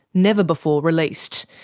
never before released.